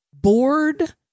bored